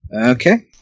Okay